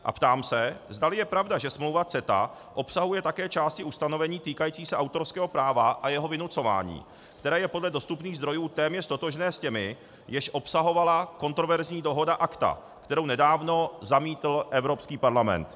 A ptám se, zdali je pravda, že smlouva CETA obsahuje také části ustanovení týkající se autorského práva a jeho vynucování, které je podle dostupných zdrojů téměř totožné s těmi, jež obsahovala kontroverzní dohoda ACTA, kterou nedávno zamítl Evropský parlament.